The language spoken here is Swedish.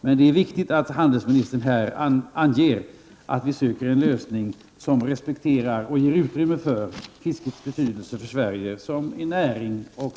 Det är dock viktigt att handelsministern här anger att vi söker en lösning som respekterar fiskerinäringens betydelse för Sverige och för Sveriges konsumenter och ger den erforderligt utrymme.